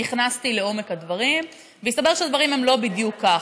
נכנסתי לעומק הדברים והסתבר שהדברים הם לא בדיוק כך.